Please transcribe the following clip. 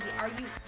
argue